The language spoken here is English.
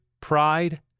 pride